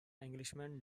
englishman